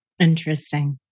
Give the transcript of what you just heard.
Interesting